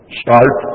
start